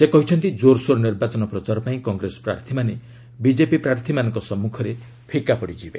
ସେ କହିଛନ୍ତି ଜୋରସୋର ନିର୍ବାଚନ ପ୍ରଚାର ପାଇଁ କଂଗ୍ରେସ ପ୍ରାର୍ଥୀମାନେ ବିଜେପି ପ୍ରାର୍ଥୀମାନଙ୍କ ସମ୍ମୁଖରେ ଫିକା ପଡ଼ିଯିବେ